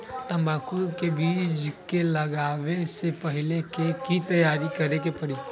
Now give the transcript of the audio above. तंबाकू के बीज के लगाबे से पहिले के की तैयारी करे के परी?